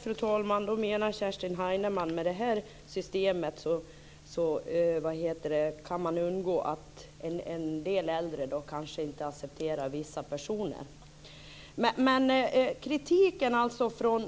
Fru talman! Då menar Kerstin Heinemann att man med det här systemet kan undgå att en del äldre kanske inte accepterar vissa personer. Kritiken från